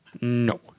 no